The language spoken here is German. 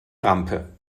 rampe